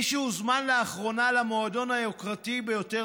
מי שהוזמן לאחרונה למועדון היוקרתי ביותר